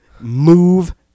Move